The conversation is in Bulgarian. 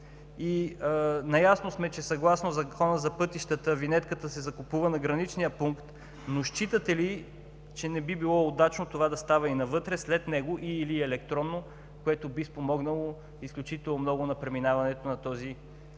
Наясно сме, че съгласно Закона за пътищата винетката се закупува на граничния пункт, но считате ли, че не би било удачно това да става и навътре – след него и/или електронно, което би спомогнало изключително много за преминаването на този